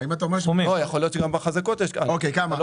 יכול להיות שגם בחזקות יש כמה.